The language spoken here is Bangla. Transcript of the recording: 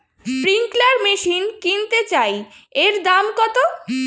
স্প্রিংকলার মেশিন কিনতে চাই এর দাম কত?